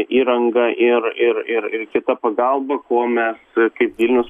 įranga ir ir ir ir kita pagalba ko mes kaip vilnius